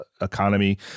economy